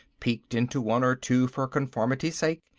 peeked into one or two for conformity's sake,